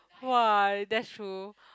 !wah! that's true